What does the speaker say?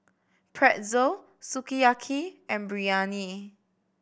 Pretzel Sukiyaki and Biryani